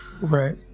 Right